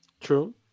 True